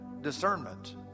Discernment